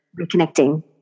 reconnecting